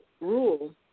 rule